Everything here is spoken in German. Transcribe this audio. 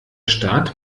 staat